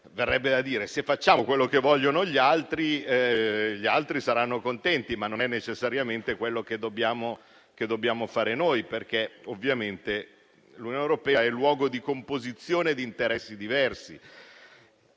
verrebbe da dire che se facciamo quello che vogliono gli altri è ovvio che gli altri saranno contenti, ma non è necessariamente quello che dobbiamo fare. Ovviamente l'Unione europea è il luogo di composizione di interessi diversi,